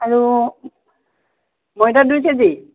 আৰু মৈদা দুই কেজি